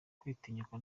kwitinyuka